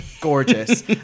gorgeous